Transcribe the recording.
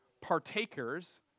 partakers